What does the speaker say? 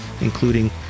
including